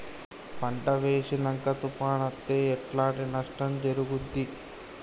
పంట వేసినంక తుఫాను అత్తే ఎట్లాంటి నష్టం జరుగుద్ది?